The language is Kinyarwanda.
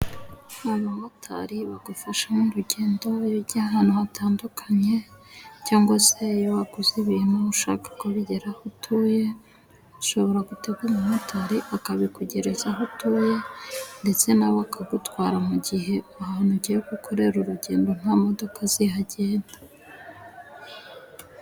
Abamotari bagufasha mu rugendo iyo ujya ahantu hatandukanye, cyangwa se iyo waguze ibintu ushaka kubigera aho utuye, ushobora gutega umumotari akabikugereza aho utuye ,ndetse nawe akagutwara, mu gihe ahantu ugiye gukorera urugendo nta modoka zihagenda.